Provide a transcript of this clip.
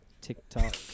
TikTok